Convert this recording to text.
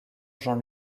jean